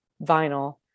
vinyl